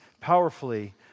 powerfully